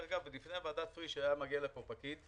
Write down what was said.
דרך אגב, לפני ועדת פריש היה מגיע לפה פקיד,